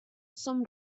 som